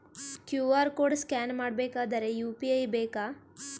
QR code scan ಮಾಡಬೇಕಾದರೆ UPI ಬೇಕಾ?